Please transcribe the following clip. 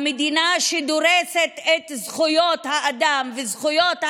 המדינה שדורסת את זכויות האדם וזכויות האזרח,